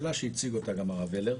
השאלה שהציג אותה גם הרב ולר,